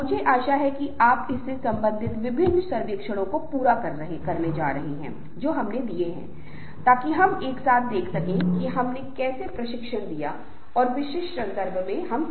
समूह की गतिशीलता वास्तव में एक बहुत ही दिलचस्प बात है और लोग ऐसा कर रहे हैं और आशा करते हैं कि यह जीवन के कई क्षेत्रों में बहुत उपयोगी है